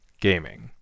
gaming